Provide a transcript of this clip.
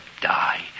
die